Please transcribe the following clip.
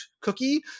cookie